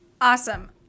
Awesome